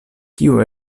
kiu